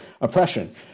oppression